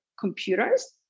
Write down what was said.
computers